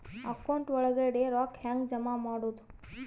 Account ಒಳಗಡೆ ರೊಕ್ಕ ಹೆಂಗ್ ಜಮಾ ಮಾಡುದು?